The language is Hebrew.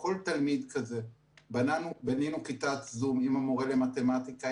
בנינו כיתת זום עם המורה למתמטיקה.